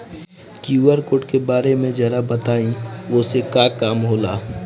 QR code के बारे में जरा बताई वो से का काम होला?